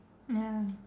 ya